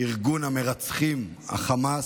ארגון המרצחים החמאס,